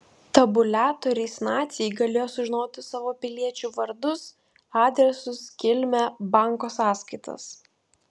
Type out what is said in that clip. tabuliatoriais naciai galėjo sužinoti savo piliečių vardus adresus kilmę banko sąskaitas